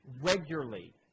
regularly